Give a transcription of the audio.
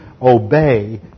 obey